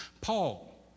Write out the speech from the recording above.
Paul